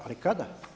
Ali kada?